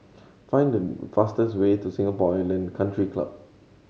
find the fastest way to Singapore Island Country Club